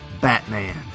Batman